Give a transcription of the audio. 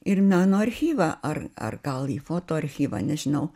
ir meno archyvą ar ar gal į foto archyvą nežinau